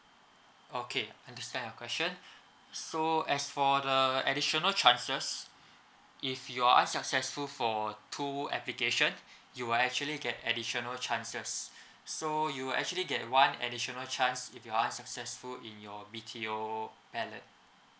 okay understand your question so as for the additional chances if you're unsuccessful for two application you will actually get additional chances so you'll actually get one additional chance if you are unsuccessful in your B_T_O ballot